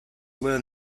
learn